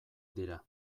dira